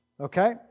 okay